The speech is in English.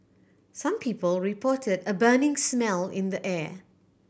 some people reported a burning smell in the air